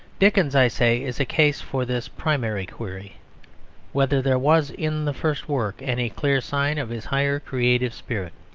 dickens, i say, is a case for this primary query whether there was in the first work any clear sign of his higher creative spirit.